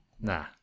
Nah